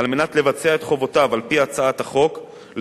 על מנת לבצע את חובותיו על-פי הצעת החוק,